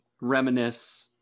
reminisce